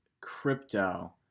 crypto